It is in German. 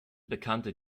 bekannte